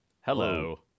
Hello